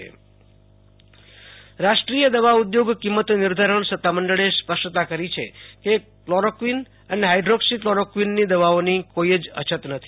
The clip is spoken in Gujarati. આશુ તોષ અંતાણી ફાર્મા સ્ટોક રાષ્ટ્રીય દવા ઉધોગ કિંમત નિર્ધારણ સત્તા મંડળે સ્પષ્ટતા કરી છે કે કલોક્વિન અને હાઈડ્રોકસિ કલોરોક્વિનની દવાની કોઈ અછત નથી